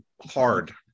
hard